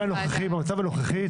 במצב הנוכחי,